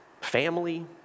family